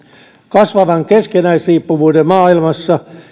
kasvavan keskinäisriippuvuuden maailmassa